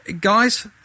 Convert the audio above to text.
guys